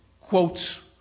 quotes